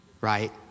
right